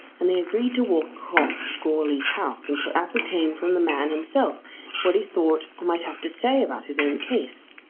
and they agreed to walk across to goarly's house and to ascertain from the man himself what he thought or might have to say about his own case.